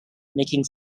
making